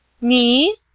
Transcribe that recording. Me